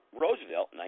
Roosevelt